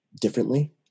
differently